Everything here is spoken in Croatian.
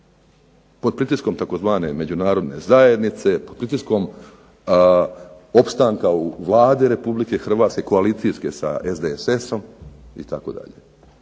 Pod pritiskom tzv. međunarodne zajednice, pod pritiskom opstanka u Vladi RH koalicijske sa SDSS-om itd.